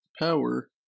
power